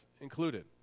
included